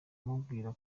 amubwira